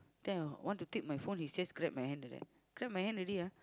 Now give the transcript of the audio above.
then I want to take my phone he just grab my hand like that grab my hand already ah